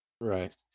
Right